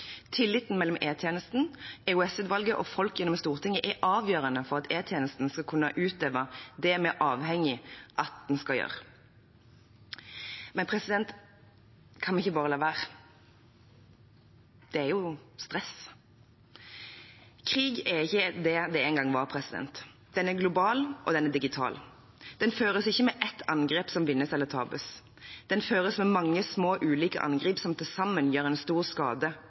Tilliten mellom E-tjenesten, EOS-utvalget og folk, gjennom Stortinget, er avgjørende for at E-tjenesten skal kunne utøve det vi er avhengig av at den skal gjøre. Men kan vi ikke bare la være? Det er jo stress. Krig er ikke det det engang var. Den er global, og den er digital. Den føres ikke med ett angrep som vinnes eller tapes, den føres med mange små, ulike angrep som til sammen gjør stor skade